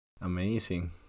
Amazing